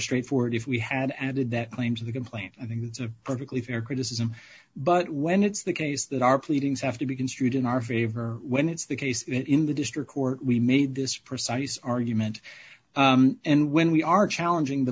straightforward if we had added that claims in the complaint i think it's a perfectly fair criticism but when it's the case that our pleadings have to be construed in our favor when it's the case in the district court we made this precise argument and when we are challenging the